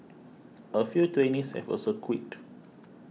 a few trainees have also quit